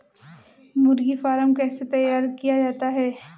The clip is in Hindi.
मुर्गी फार्म कैसे तैयार किया जाता है?